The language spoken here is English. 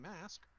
mask